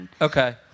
Okay